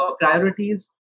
priorities